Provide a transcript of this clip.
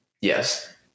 Yes